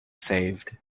saved